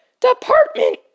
Department